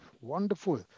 wonderful